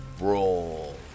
roll